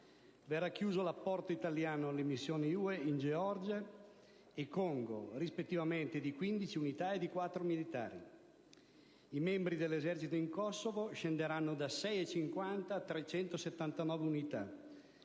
Verrà chiuso l'apporto italiano alle missioni UE in Georgia e Congo, rispettivamente di 15 e di 4 militari. I membri dell'esercito in Kosovo scenderanno da 650 a 379 unità.